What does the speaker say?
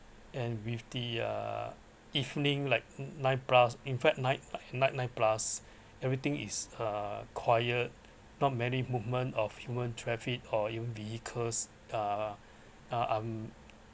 and with the uh evening like nine plus in fact night night night plus everything is uh quiet not many movement of human traffic or even vehicles uh um